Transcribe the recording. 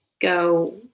go